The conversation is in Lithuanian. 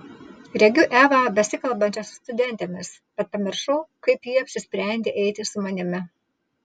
regiu evą besikalbančią su studentėmis bet pamiršau kaip ji apsisprendė eiti su manimi